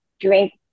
drink